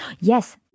Yes